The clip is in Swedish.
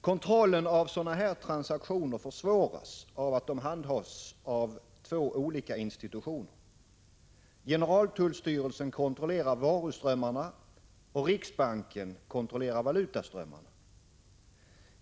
Kontrollen av dessa transaktioner försvåras av att den handhas av två olika institutioner. Generaltullstyrelsen kontrollerar varuströmmarna och riksbanken valutaströmmarna.